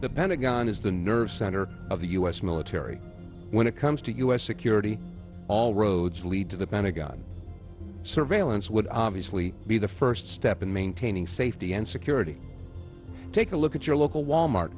the pentagon is the nerve center of the u s military when it comes to u s security all roads lead to the pentagon surveillance would obviously be the first step in maintaining safety and security take a look at your local wal mart